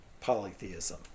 polytheism